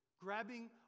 grabbing